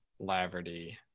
Laverty